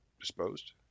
disposed